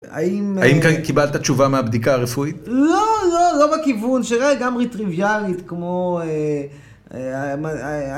האם... האם קיבלת תשובה מהבדיקה הרפואית? לא, לא, לא בכיוון שלא לגמרי טריוויאלית כמו...